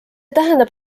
tähendab